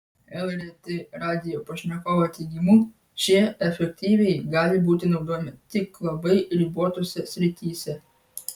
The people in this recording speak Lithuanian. lrt radijo pašnekovo teigimu šie efektyviai gali būti naudojami tik labai ribotose srityse